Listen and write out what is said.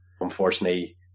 unfortunately